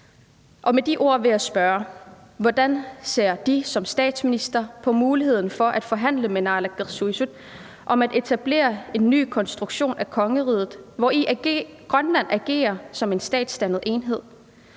Med de ord vil jeg spørge: Hvordan ser De som statsminister på muligheden for at forhandle med naalakkersuisut om at etablere en ny konstruktion af kongeriget, hvori Grønland agerer som en statsdannet enhed?